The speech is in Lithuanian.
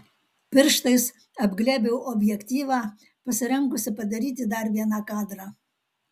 pirštais apglėbiau objektyvą pasirengusi padaryti dar vieną kadrą